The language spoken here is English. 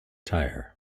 tire